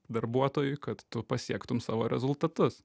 darbuotojui kad tu pasiektum savo rezultatus